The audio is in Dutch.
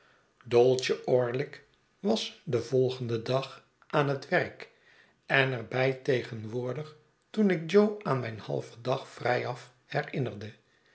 dolce orlick was den volgenden dag aan het werk en er bij tegenwoordig toen ik jo aan mijn halven dag vrijaf herinnerde